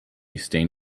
stain